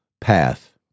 path